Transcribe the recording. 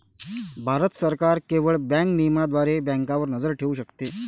भारत सरकार केवळ बँक नियमनाद्वारे बँकांवर नजर ठेवू शकते